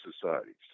societies